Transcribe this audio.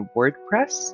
WordPress